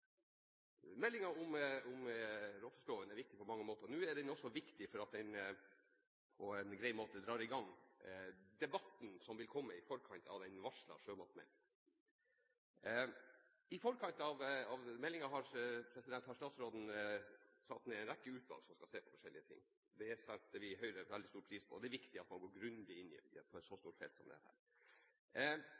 viktig på mange måter. Nå er den også viktig fordi den på en grei måte drar i gang debatten som vil komme i forkant av den varslede sjømatmeldingen. I forkant av meldingen har statsråden satt ned en rekke utvalg som skal se på forskjellige ting. Det setter vi i Høyre veldig stor pris på. Det er viktig at man går grundig inn på et så stort felt som dette. I Høyre mener vi at det